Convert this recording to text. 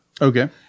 Okay